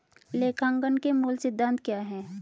लेखांकन के मूल सिद्धांत क्या हैं?